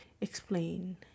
explain